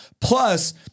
Plus